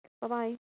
Bye-bye